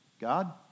God